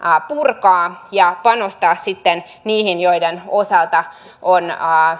purkaa ja panostaa sitten niihin joiden osalta on